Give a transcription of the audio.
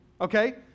okay